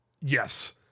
Yes